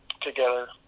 together